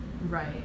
Right